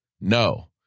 No